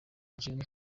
gen